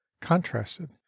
contrasted